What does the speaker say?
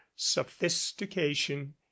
sophistication